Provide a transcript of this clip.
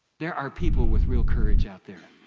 there are people with real courage out there.